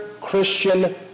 Christian